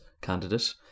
candidate